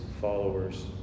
followers